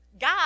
God